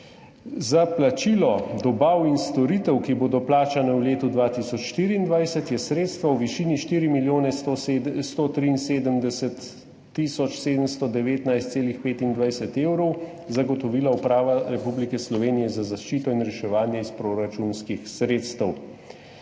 Za plačilo dobav in storitev, ki bodo plačane v letu 2024, je sredstva v višini 4 milijone 173 tisoč 719,25 evra zagotovila Uprava Republike Slovenije za zaščito in reševanje iz proračunskih sredstev.